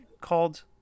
called